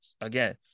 Again